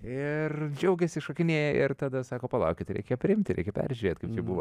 ir džiaugiasi šokinėja ir tada sako palaukit reikia priimti iki peržiūrėti kaip buvo